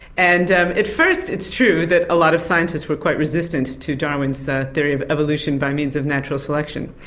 and at first it's true that a lot of scientists were quite resistant to darwin's so theory of evolution by means of natural selection.